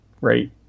right